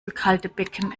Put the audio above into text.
rückhaltebecken